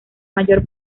mayor